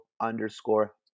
underscore